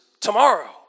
tomorrow